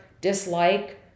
dislike